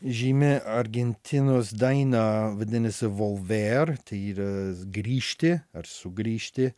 žymi argentinos daina vadinasi volver tai yra grįžti ar sugrįžti